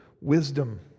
wisdom